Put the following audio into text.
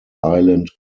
island